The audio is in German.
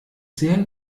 sehr